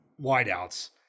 wideouts